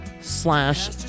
slash